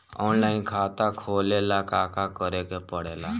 Online खाता खोले ला का का करे के पड़े ला?